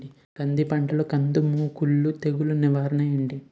కంది పంటలో కందము కుల్లు తెగులు నివారణ ఏంటి?